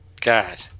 God